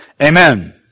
Amen